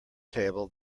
table